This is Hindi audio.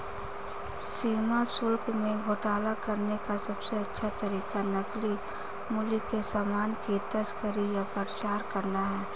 सीमा शुल्क में घोटाला करने का सबसे अच्छा तरीका नकली मूल्य के सामान की तस्करी या प्रचार करना है